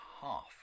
half